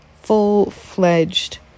full-fledged